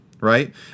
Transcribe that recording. Right